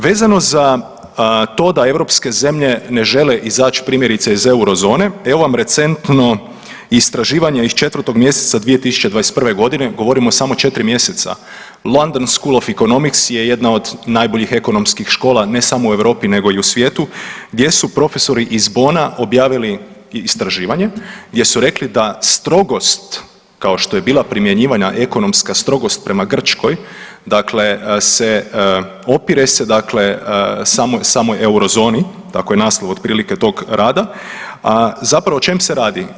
Vezano za to da europske zemlje ne žele izać primjerice iz eurozone, evo vam recentno istraživanje iz 4. mjeseca 2021.g., govorimo o samo 4 mjeseca, London School of Economics je jedna od najboljih ekonomskih škola ne samo u Europi nego i u svijetu gdje su profesori iz Bona objavili istraživanje gdje su rekli da strogost kao što je bila primjenjivana ekonomska strogost prema Grčkoj, dakle se, opire se dakle samoj, samoj eurozoni, tako je naslov otprilike tog rada, a zapravo o čem se radi?